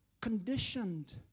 conditioned